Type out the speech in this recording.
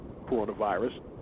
coronavirus